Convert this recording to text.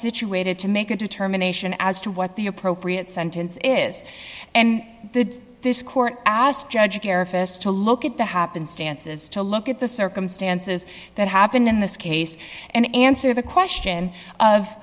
situated to make a determination as to what the appropriate sentence is and this court asked judge a therapist to look at the happenstances to look at the circumstances that happened in this case and answer the question of